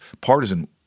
partisan